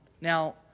Now